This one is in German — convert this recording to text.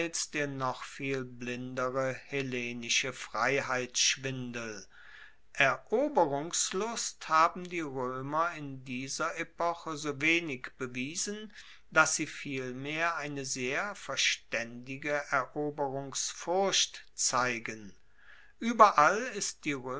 der noch viel blindere hellenische freiheitsschwindel eroberungslust haben die roemer in dieser epoche so wenig bewiesen dass sie vielmehr eine sehr verstaendige eroberungsfurcht zeigen ueberall ist die